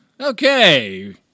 Okay